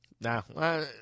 Nah